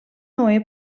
neue